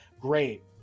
great